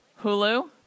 Hulu